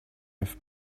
have